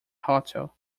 hotel